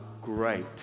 great